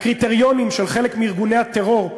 לקריטריונים של חלק מארגוני הטרור,